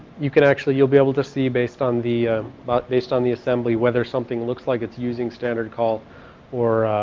you can actually you'll be able to see based on the ah. but based on the assembly whether something looks like it's using standard call or ah.